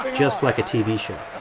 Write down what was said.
just like a tv show.